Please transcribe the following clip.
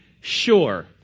sure